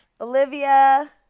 Olivia